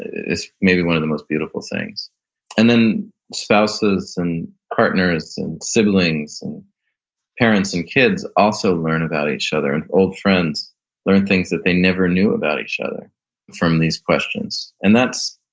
it's maybe one of the most beautiful things and then spouses and partners and siblings and parents and kids also learn about each other, and old friends learn things that they never knew about each other from these questions. and that's,